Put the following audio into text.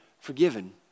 forgiven